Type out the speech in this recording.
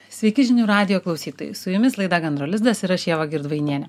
sveiki žinių radijo klausytojai su jumis laida gandro lizdas ir aš ieva girdvainienė